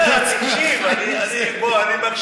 מה אתה רוצה מהחיים